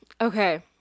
okay